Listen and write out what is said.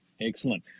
Excellent